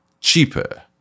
cheaper